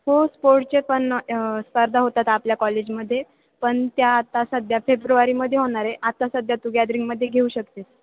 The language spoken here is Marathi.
हो स्पोर्टचे पण स्पर्धा होतात आपल्या कॉलेजमध्ये पण त्या आत्ता सध्या फेब्रुवारीमध्येे होणारे आता सध्या तू गॅदरिंगमध्ये घेऊ शकतेस